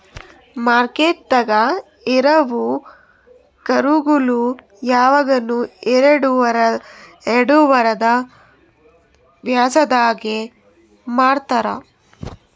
ಮಾರ್ಕೆಟ್ದಾಗ್ ಇರವು ಕರುಗೋಳು ಯವಗನು ಎರಡು ವಾರದ್ ವಯಸದಾಗೆ ಮಾರ್ತಾರ್